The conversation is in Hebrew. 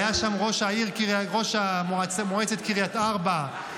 היו שם ראש מועצת קריית ארבע-חברון